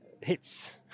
hits